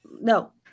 No